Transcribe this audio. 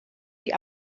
sie